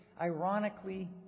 ironically